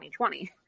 2020